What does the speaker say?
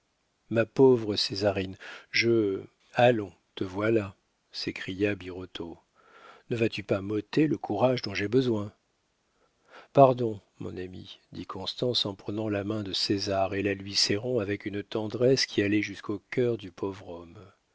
ma pauvre césarine je allons te voilà s'écria birotteau ne vas-tu pas m'ôter le courage dont j'ai besoin pardon mon ami dit constance en prenant la main de césar et la lui serrant avec une tendresse qui alla jusqu'au cœur du pauvre homme